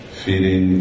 feeding